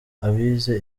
abize